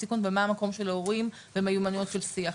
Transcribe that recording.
סיכון ומה המקום של ההורים ומיומנויות של שיח,